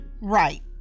right